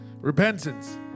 Repentance